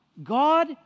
God